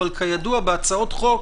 אבל כידוע בהצעות חוק